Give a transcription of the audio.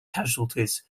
casualties